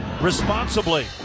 responsibly